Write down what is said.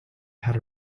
had